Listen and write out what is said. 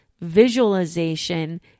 visualization